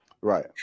Right